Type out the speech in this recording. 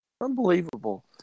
Unbelievable